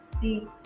See